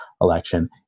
election